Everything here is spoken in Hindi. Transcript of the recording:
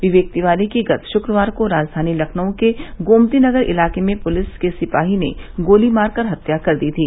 विवेक तिवारी की गत शुक्रवार को राजघानी लखनऊ के गोमतीनगर इलाके में पूलिस के सिपाही ने गोली मार कर हत्या कर दी थी